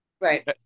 Right